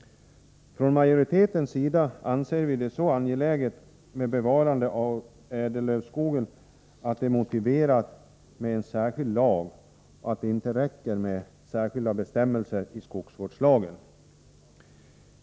Från utskottsmajoritetens sida anser vi det vara så angeläget att bevara ädellövskogen att vi finner det motiverat med en särskild lag; det räcker inte med särskilda bestämmelser i skogsvårdslagen.